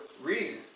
reasons